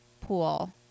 pool